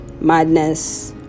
madness